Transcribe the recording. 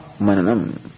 mananam